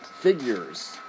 figures